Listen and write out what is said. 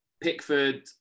Pickford